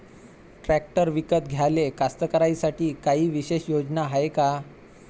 Tractor विकत घ्याले कास्तकाराइसाठी कायी विशेष योजना हाय का?